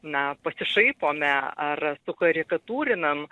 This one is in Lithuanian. na pasišaipome ar sukarikatūrinam